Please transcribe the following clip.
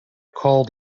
called